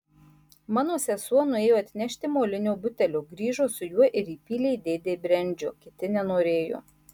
mano sesuo nuėjo atnešti molinio butelio grįžo su juo ir įpylė dėdei brendžio kiti nenorėjo